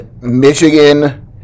Michigan